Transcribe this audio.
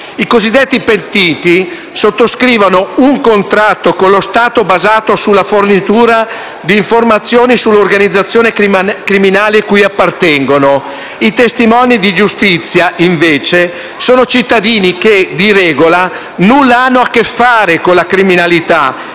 I cosiddetti pentiti sottoscrivono un contratto con lo Stato basato sulla fornitura di informazioni sull'organizzazione criminale cui appartengono. I testimoni di giustizia, invece, sono cittadini che, di regola, nulla hanno a che fare con la criminalità